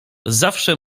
zawsze